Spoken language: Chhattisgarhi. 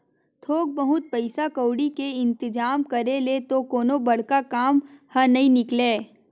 थोक बहुत पइसा कउड़ी के इंतिजाम करे ले तो कोनो बड़का काम ह नइ निकलय